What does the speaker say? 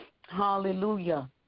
Hallelujah